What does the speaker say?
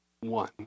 One